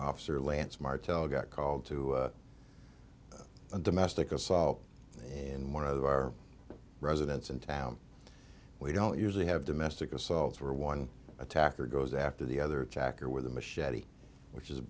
officer lance martell got called to a domestic assault in one of our residence in town we don't usually have domestic assaults were one attacker goes after the other attacker with a machete which is